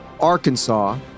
Arkansas